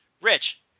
Rich